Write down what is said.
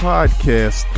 Podcast